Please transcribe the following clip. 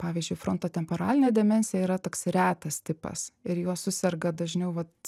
pavyzdžiui frontotemporalinė demencija yra toks retas tipas ir juo suserga dažniau vat